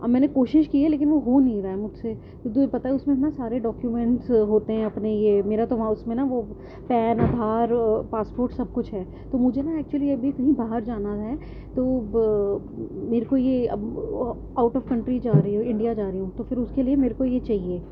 اب میں نے کوشش کی ہے لیکن وہ ہو نہیں رہا ہے مجھ سے تو تجھے پتا ہے اس میں نا سارے ڈاکیومنٹس ہوتے ہیں اپنے یہ میرا تو وہاں اس میں نا وہ پین آدھار پاسپورٹ سب کچھ ہے تو مجھے نا ایکچلی ابھی کہیں باہر جانا ہے تو میرے کو یہ اب آؤٹ آف کنٹری جا رہی ہوں انڈیا جا رہی ہوں تو پھر اس کے لیے میرے کو یہ چاہیے